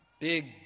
Big